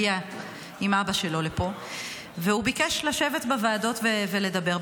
הגיע עם אבא שלו לפה והוא ביקש לשבת בוועדות ולדבר.